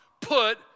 put